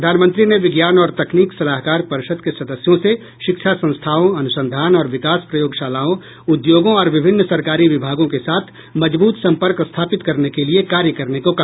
प्रधानमंत्री ने विज्ञान और तकनीक सलाहकार परिषद के सदस्यों से शिक्षा संस्थाओं अनुसंधान और विकास प्रयोगशालाओं उद्योगों और विभिन्न सरकारी विभागों के साथ मजबूत संपर्क स्थापित करने के लिए कार्य करने को कहा